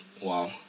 Wow